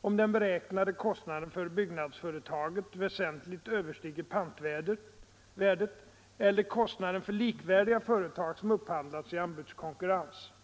om den beräknade kostnaden för byggnadsföretaget väsentligt överstiger pantvärdet eller kostnaden för likvärdiga företag som upphandlats i anbudskonkurrens.